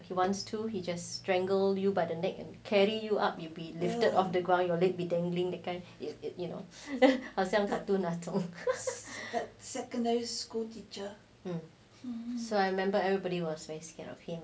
he wants to he just strangle you by the neck and carry you up you be lifted off the ground your leg will be dangling the kind if it you know 好像 cartoon 那种 hmm so I remember everybody was very scared of him